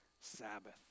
Sabbath